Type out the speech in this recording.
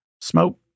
smoke